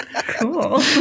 cool